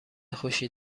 خوشی